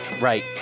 Right